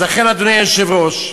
אז לכן, אדוני היושב-ראש,